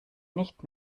nicht